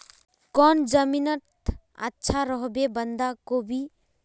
कौन जमीन टत अच्छा रोहबे बंधाकोबी?